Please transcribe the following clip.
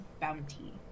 bounty